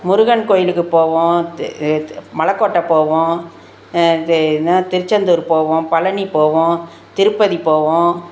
முருகன் கோவிலுக்கு போவோம் மலைக்கோட்ட போவோம் வே என்ன திருச்செந்தூர் போவோம் பழனி போவோம் திருப்பதி போவோம்